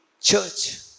church